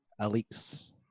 Alex